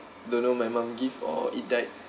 don't know my mum give or it died